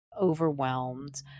overwhelmed